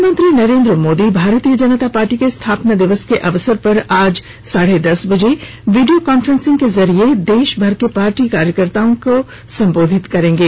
प्रधानमंत्री नरेन्द्र मोदी भारतीय जनता पार्टी के स्थापना दिवस के अवसर पर आज देशभर में साढ़े दस बजे वीडियो कॉफ्रेंस के माध्यम से देशभर के पार्टी कार्यकर्ताओं को सम्बोधित करेंगे